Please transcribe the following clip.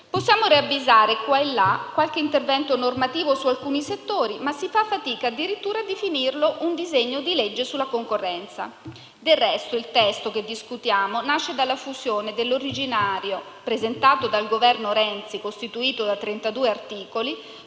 Possiamo ravvisare, qua e là, qualche intervento normativo su alcuni settori, ma si fa fatica addirittura a definirlo un disegno di legge sulla concorrenza. Del resto, il testo che discutiamo nasce dalla fusione del testo originario, presentato dal Governo Renzi, costituito da 32 articoli,